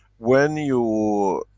when you,